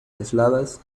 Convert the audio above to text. aisladas